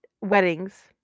weddings